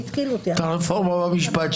את הרפורמה במשפט,